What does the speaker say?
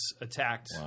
attacked